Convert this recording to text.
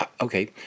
Okay